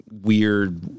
weird